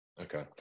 okay